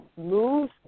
move